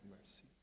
mercy